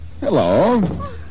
Hello